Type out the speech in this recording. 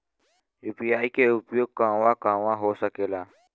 UPI के उपयोग कहवा कहवा हो सकेला?